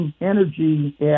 Energy